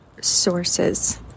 sources